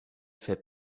fait